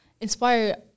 inspire